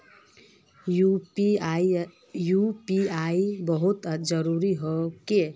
UPI बहुत जरूरी है की?